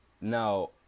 Now